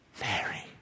Mary